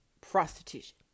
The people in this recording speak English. prostitution